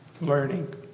learning